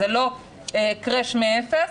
זה לא קראש מאפס,